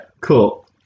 cool